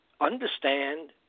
understand